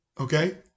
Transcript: Okay